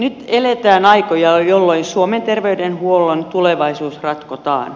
nyt eletään aikoja jolloin suomen terveydenhuollon tulevaisuus ratkotaan